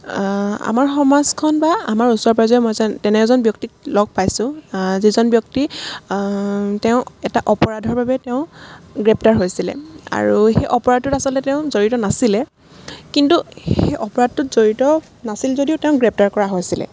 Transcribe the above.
আমাৰ সমাজখন বা আমাৰ ওচৰে পাঁজৰে মই তেনে এজন ব্যক্তিক লগ পাইছোঁ যিজন ব্যক্তি তেওঁ এটা অপৰাধৰ বাবে তেওঁ গ্ৰেপ্তাৰ হৈছিলে আৰু সেই অপৰাধটোত আচলতে তেওঁ জড়িত নাছিলে কিন্তু সেই অপৰাধটোত জড়িত নাছিল যদিও তেওঁক গ্ৰেপ্তাৰ কৰা হৈছিলে